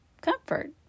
comfort